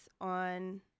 on